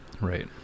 Right